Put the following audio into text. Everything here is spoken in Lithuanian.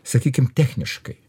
sakykim techniškai